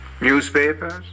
Newspapers